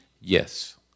yes